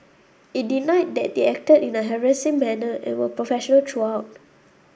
it denied that they acted in a harassing manner and were professional throughout